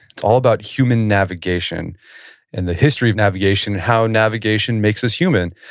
it's all about human navigation and the history of navigation. how navigation makes us human.